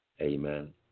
amen